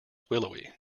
willowy